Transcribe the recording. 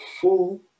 full